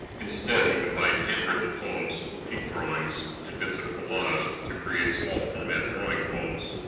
instead he combined hand-written poems with ink drawings and bits of collage to create small format drawing poems.